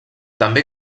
també